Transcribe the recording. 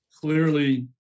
clearly